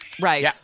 Right